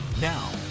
Now